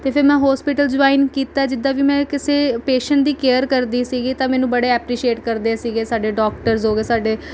ਅਤੇ ਫਿਰ ਮੈਂ ਹੋਸਪੀਟਲ ਜੁਆਇੰਨ ਕੀਤਾ ਜਿੱਦਾਂ ਵੀ ਮੈਂ ਕਿਸੇ ਪੇਸ਼ੈਂਟ ਦੀ ਕੇਅਰ ਕਰਦੀ ਸੀਗੀ ਤਾਂ ਮੈਨੂੰ ਬੜੇ ਐਪਰੀਸ਼ੇਟ ਕਰਦੇ ਸੀਗੇ ਸਾਡੇ ਡੋਕਟਰਸ ਹੋ ਗਏ ਸਾਡੇ